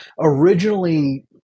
originally